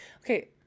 Okay